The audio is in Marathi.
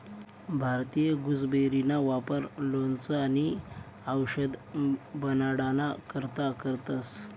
भारतीय गुसबेरीना वापर लोणचं आणि आवषद बनाडाना करता करतंस